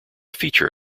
feature